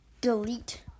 delete